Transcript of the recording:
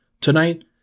tonight